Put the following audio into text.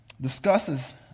discusses